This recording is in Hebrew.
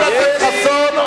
חבר הכנסת חסון,